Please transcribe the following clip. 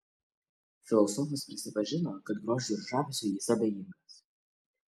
filosofas prisipažino kad grožiui ir žavesiui jis abejingas